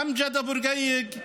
אמג'ד אבו רקיק,